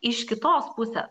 iš kitos pusės